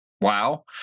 wow